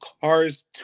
Cars